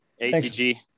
ATG